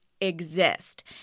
exist